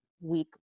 week